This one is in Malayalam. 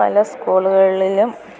പല സ്കൂളുകളിലും